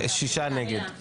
שישה נגד.